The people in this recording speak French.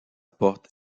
porte